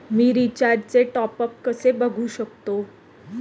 मी रिचार्जचे टॉपअप कसे बघू शकतो?